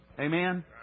Amen